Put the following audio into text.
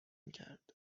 کرد